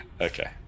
okay